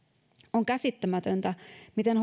on käsittämätöntä miten